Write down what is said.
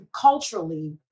culturally